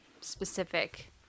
specific